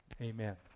Amen